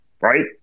right